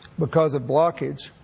because of blockage,